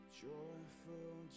Joyful